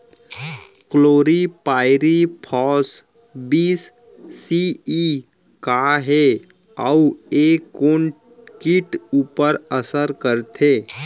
Chlorpyrifos बीस CE का हे अऊ ए कोन किट ऊपर असर करथे?